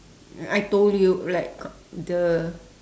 I told you like !duh!